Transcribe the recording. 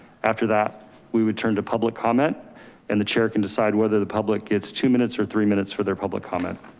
after that we would turn to public comment and the chair can decide whether the public gets two minutes or three minutes for their public comment.